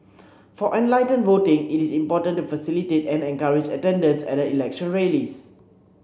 for enlightened voting it is important to facilitate and encourage attendance at election rallies